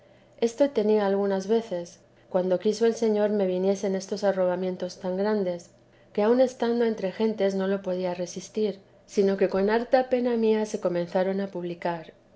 esto tenía algunas veces cuando quiso el señor me viniesen estos arrobamientos tan grandes que aun estando entre gentes no los podía resistir sino que con harta pena mía se comenzaron a publicar